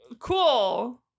Cool